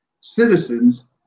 citizens